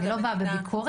אני לא באה בביקורת,